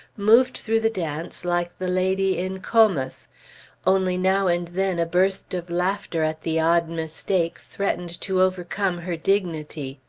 moved through the dance like the lady in comus only, now and then a burst of laughter at the odd mistakes threatened to overcome her dignity.